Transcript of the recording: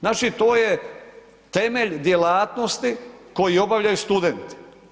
Znači to je temelj djelatnosti koji obavljaju studenti.